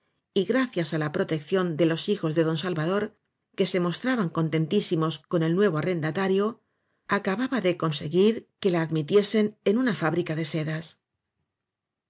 y gracias á la protección de los hijos de don salvador que se mostraban contentísimos con el nuevo arrendatario acababa de conseguir que la admitiesen en una fábrica de sedas